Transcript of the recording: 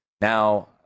now